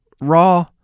Raw